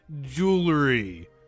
jewelry